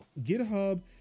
GitHub